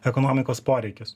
ekonomikos poreikius